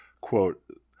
quote